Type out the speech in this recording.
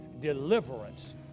deliverance